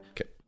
Okay